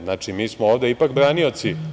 Znači, mi smo ovde ipak branioci.